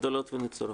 גדולות ונצורות.